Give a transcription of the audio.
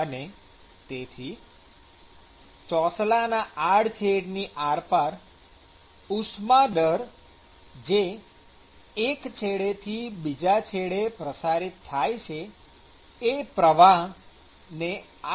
અને તેથી ચોસલાના આડછેદ ની આરપાર ઉષ્મા દર જે એક છેડેથી બીજા છેડે પ્રસારિત થાય છે એ પ્રવાહ ને